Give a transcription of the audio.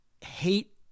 hate